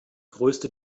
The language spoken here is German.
größte